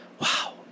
Wow